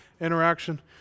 interaction